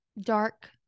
dark